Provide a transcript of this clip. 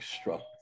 struck